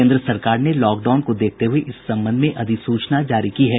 केंद्र सरकार ने लॉकडाउन को देखते हुए इस सम्बंध में अधिसूचना जारी की है